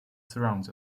surrounds